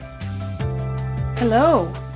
Hello